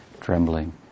trembling